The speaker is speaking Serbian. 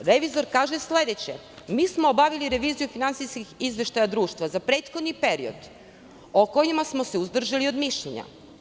Revizor kaže sledeće – mi smo obavili reviziju finansijskih izveštaja društva za prethodni period o kojim smo se uzdržali od mišljenja.